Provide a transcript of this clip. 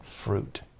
Fruit